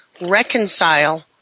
reconcile